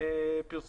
אני גם רוצה להתייחס.